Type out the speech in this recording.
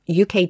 UK